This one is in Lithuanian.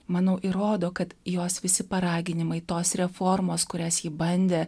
manau įrodo kad jos visi paraginimai tos reformos kurias ji bandė